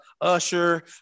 usher